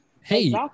hey